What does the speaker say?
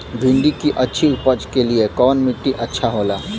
भिंडी की अच्छी उपज के लिए कवन मिट्टी अच्छा होला?